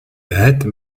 head